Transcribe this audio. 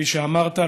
כפי שאמרת,